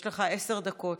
יש לך עשר דקות.